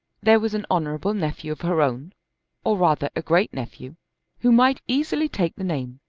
there was an honourable nephew of her own or rather a great-nephew who might easily take the name,